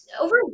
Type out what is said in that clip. over